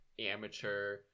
amateur